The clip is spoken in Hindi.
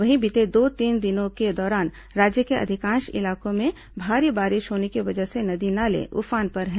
वहीं बीते दो तीन दिनों के दौरान राज्य के अधिकांश इलाकों में भारी बारिश होने की वजह से नदी नाले उफान पर हैं